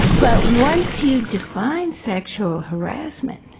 but once you define sexual harassment,